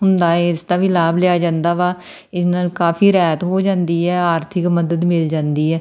ਹੁੰਦਾ ਹੈ ਇਸ ਦਾ ਵੀ ਲਾਭ ਲਿਆ ਜਾਂਦਾ ਵਾ ਇਸ ਨਾਲ ਕਾਫੀ ਰਿਆਇਤ ਹੋ ਜਾਂਦੀ ਹੈ ਆਰਥਿਕ ਮਦਦ ਮਿਲ ਜਾਂਦੀ ਹੈ